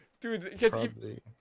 dude